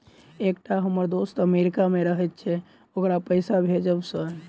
एकटा हम्मर दोस्त अमेरिका मे रहैय छै ओकरा पैसा भेजब सर?